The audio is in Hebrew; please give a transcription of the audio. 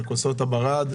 ברד,